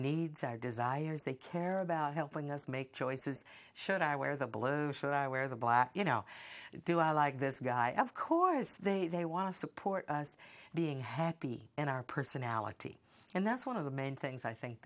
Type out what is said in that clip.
needs our desires they care about helping us make choices should i wear the blue sure i wear the black you know do i like this guy of course they want to support us being happy and our personality and that's one of the main things i think